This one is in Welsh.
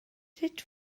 sut